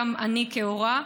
גם אני כהורה,